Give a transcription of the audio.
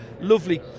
lovely